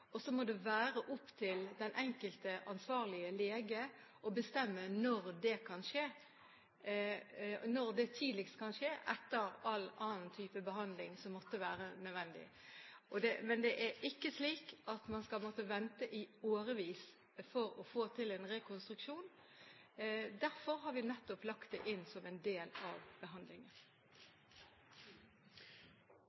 Så må det være opp til den enkelte ansvarlige lege å bestemme når det tidligst kan skje, etter all annen type behandling som måtte være nødvendig. Men det er ikke slik at man skal måtte vente i årevis for å få en rekonstruksjon. Derfor har vi nettopp lagt det inn som en del av behandlingen.